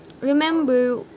remember